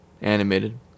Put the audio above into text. Animated